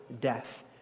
death